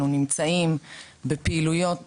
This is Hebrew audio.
נמצאים בפעילויות